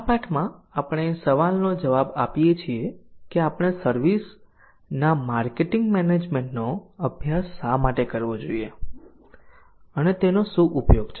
આ પાઠમાં આપણે સવાલનો જવાબ આપીએ છીએ કે આપણે સર્વિસ ના માર્કેટિંગ મેનેજમેન્ટનો અભ્યાસ શા માટે કરવો જોઈએ અને તેનો શું ઉપયોગ છે